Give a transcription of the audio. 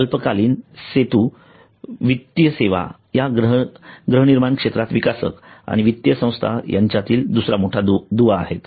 अल्पकालीन सेतू वित्तीय सेवा या गृहनिर्माण क्षेत्रात विकासक आणि वित्तीय संस्था यांच्यातील दुसरा मोठा दुवा आहेत